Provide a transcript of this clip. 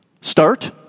Start